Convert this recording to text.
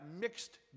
mixed